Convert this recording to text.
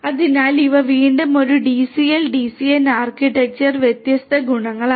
അതിനാൽ ഇവ വീണ്ടും ഒരു DCell DCN ആർക്കിടെക്ചറിന്റെ വ്യത്യസ്ത ഗുണങ്ങളാണ്